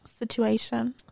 situation